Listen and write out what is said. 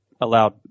Allowed